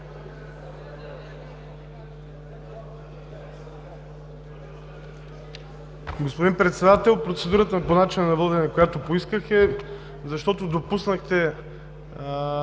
Господин Председател, процедурата ми по начина на водене, която поисках, е, защото допуснахте